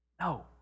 No